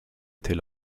était